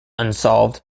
unsolved